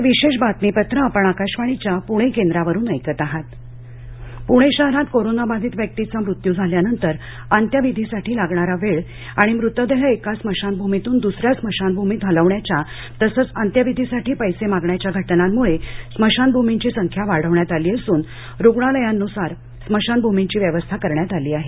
अंत्यविधी प्णे शहरात कोरोनाबाधित व्यक्तीचा मृत्यू झाल्यानंतर अंत्यविधीसाठी लागणारा वेळ आणि मृतदेह एका स्मशानभूमीतून दूस या स्मशानभूमीत हलविण्याच्या तसच अंत्यविधीसाठी पैसे मागण्याच्या घटनांमुळे स्मशानभूमींची संख्या वाढविण्यात आली असून रुग्णालयांनुसार स्मशानभूमींची व्यवस्था करण्यात आली आहे